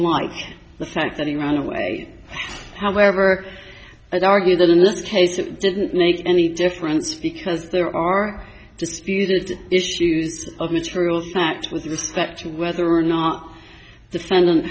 like the fact that he ran away however i argue that in this case it didn't make any difference because there are disputed issues of material fact with respect to whether or not defendant